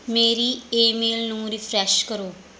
ਮੇਰੀ ਈਮੇਲ ਨੂੰ ਰਿਫ੍ਰੈਸ਼ ਕਰੋ